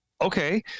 okay